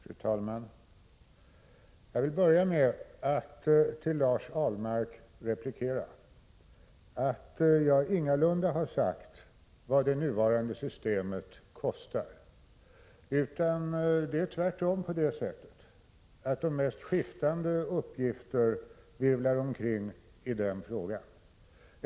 Fru talman! Jag vill börja med att till Lars Ahlmark replikera att jag ingalunda har sagt vad det nuvarande systemet kostar. Tvärtom är det på det sättet att de mest skiftande uppgifter virvlar omkring i den frågan.